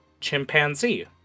chimpanzee